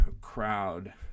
crowd